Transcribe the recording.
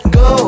go